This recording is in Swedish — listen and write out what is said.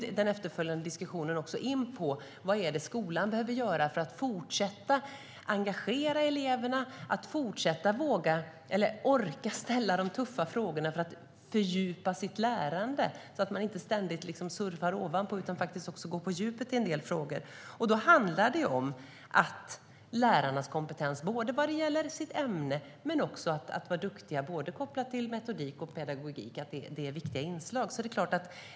I den efterföljande diskussionen togs det upp vad skolan behöver göra för att fortsätta engagera eleverna och orka ställa de tuffa frågorna för att fördjupa lärandet, så att man inte ständigt surfar ovanpå utan faktiskt också går på djupet i en del frågor. Då handlar det om lärarnas kompetens, både att de är duktiga i sitt ämne och att de är duktiga på metodik och pedagogik. Det är viktiga inslag.